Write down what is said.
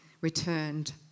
returned